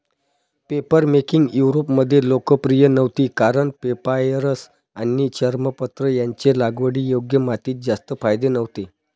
papermaking युरोपमध्ये लोकप्रिय नव्हती कारण पेपायरस आणि चर्मपत्र यांचे लागवडीयोग्य मातीत जास्त फायदे नव्हते